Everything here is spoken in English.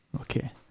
Okay